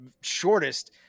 shortest